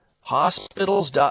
Hospitals